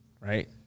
right